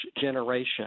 generation